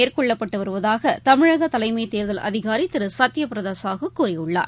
மேற்கொள்ளப்பட்டுவருவதூகதமிழகதலைமைத் தேர்தல் அதிகாரிதிருசத்தியபிரதாஹு கூறியுள்ளார்